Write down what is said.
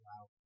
Wow